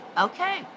Okay